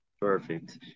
Perfect